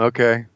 Okay